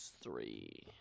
Three